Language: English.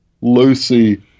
Lucy